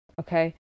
okay